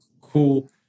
cool